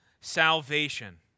salvation